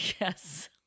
Yes